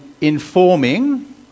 informing